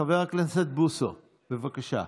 חבר הכנסת בוסו, בבקשה.